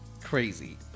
crazy